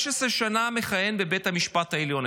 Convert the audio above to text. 15 שנה מכהן בבית המשפט העליון.